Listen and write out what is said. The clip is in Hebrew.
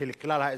של כלל האזרחים,